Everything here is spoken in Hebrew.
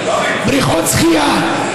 בריכות שחייה,